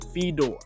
Fedor